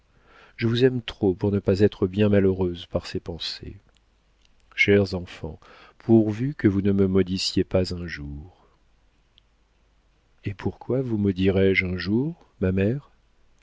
je vous aime trop pour ne pas être bien malheureuse par ces pensées chers enfants pourvu que vous ne me maudissiez pas un jour et pourquoi vous maudirais je un jour ma mère